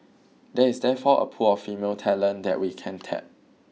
there is therefore a pool of female talent that we can tap